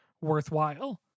worthwhile